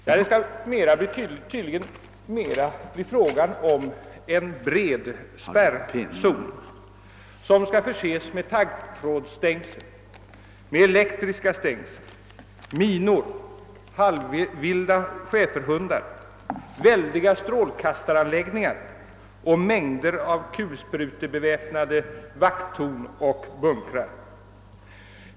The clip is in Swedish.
Det skall tydligen mera bli en bred spärrzon, som skall förses med taggtråd, elektriska stängsel, minor, halvvilda schäferhundar, väldiga strålkastaranläggningar och mängder av kulspruteförsedda vakttorn och bunkrar.